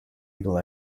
legal